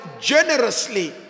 generously